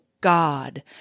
God